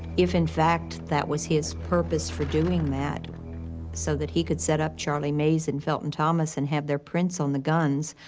if, in fact, that was his purpose for doing that so that he could set up charlie mays and felton thomas and have their prints on the guns,